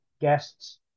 guests